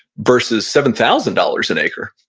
versus seven thousand dollars an acre.